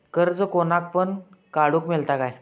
कर्ज कोणाक पण काडूक मेलता काय?